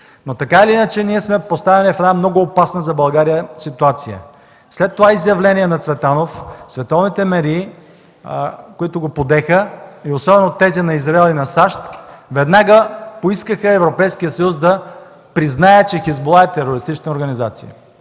Но така или иначе ние сме поставени в една много опасна за България ситуация. След това изявление на Цветанов световните медии, които го подеха, и особено тези на Израел и на САЩ веднага поискаха Европейският съюз да признае, че „Хизбула” е терористична организация.